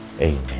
Amen